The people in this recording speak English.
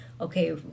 okay